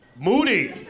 Moody